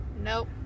Nope